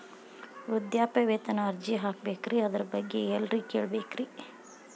ವೃದ್ಧಾಪ್ಯವೇತನ ಅರ್ಜಿ ಹಾಕಬೇಕ್ರಿ ಅದರ ಬಗ್ಗೆ ಎಲ್ಲಿ ಕೇಳಬೇಕ್ರಿ?